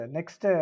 Next